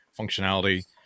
functionality